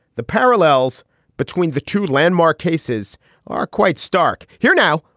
the parallels between the two landmark cases are quite stark. here now,